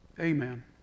Amen